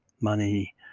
Money